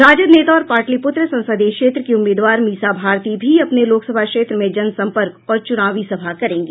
राजद नेता और पाटलिपूत्र संसदीय क्षेत्र की उम्मीदवार मीसा भारती भी अपने लोकसभा क्षेत्र में जनसंपर्क और चुनावी सभा करेंगी